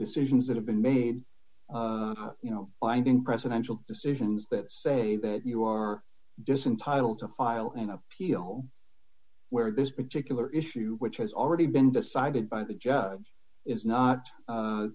decisions that have been made you know binding presidential decisions that say that you are doesn't title to file an appeal where this particular issue which has already been decided by the judge is not